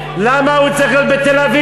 למה הוא צריך להיות בתל-אביב?